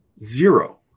Zero